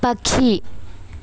పక్షి